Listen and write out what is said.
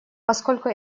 поскольку